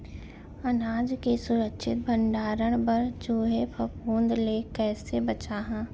अनाज के सुरक्षित भण्डारण बर चूहे, फफूंद ले कैसे बचाहा?